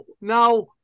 now